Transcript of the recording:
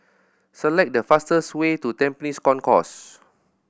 select the fastest way to Tampines Concourse